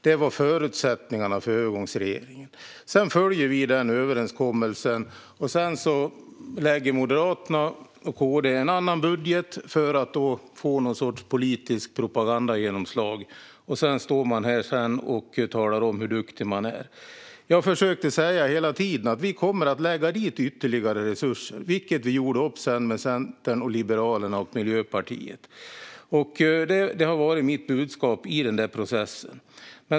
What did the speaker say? Det var förutsättningarna för övergångsregeringen. Vi har följt den överenskommelsen. Sedan lade Moderaterna och KD fram en annan budget för att få något slags politiskt propagandagenomslag. Sedan står man här och talar om hur duktig man är. Jag har hela tiden försökt säga att vi kommer att tillföra ytterligare resurser, vilket vi gjort upp om med Centern, Liberalerna och Miljöpartiet. Detta har varit mitt budskap i processen.